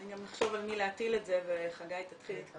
גם נחשוב על מי להטיל את זה, וחגי תתחיל להתכונן.